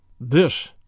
This